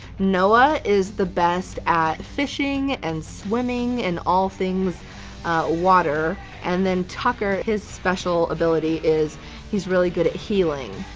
noah is the best at fishing and swimming and all things water. and then tucker, his special ability is he's really good at healing.